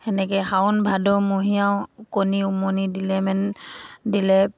সেনেকে শাওন ভাদ মহীয়াও কণী উমনি দিলে